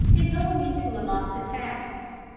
and told me to allot the tasks.